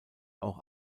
auch